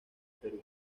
perú